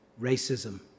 racism